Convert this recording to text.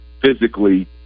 physically